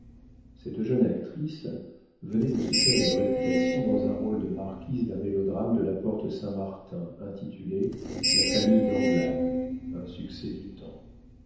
cette jeune actrice venait de se faire une réputation dans un rôle de marquise d'un mélodrame de la porte-saint-martin intitulé la famille d'anglade un succès du temps